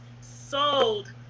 sold